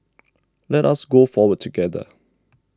let us go forward together